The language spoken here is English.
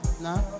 Nah